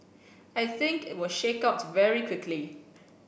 I think it will shake out very quickly